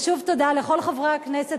ושוב, תודה לכל חברי הכנסת.